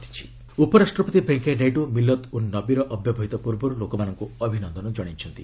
ନାଇଡୁ ମିଲଦ ଉନ୍ନବୀ ଉପରାଷ୍ଟ୍ରପତି ଭେଙ୍କିୟା ନାଇଡୁ ମିଲଦ୍ ଉନ୍ ନବୀର ଅବ୍ୟବହିତ ପୂର୍ବର୍ ଲୋକମାନଙ୍କ ଅଭିନନ୍ଦନ ଜଣାଇଛନ୍ତି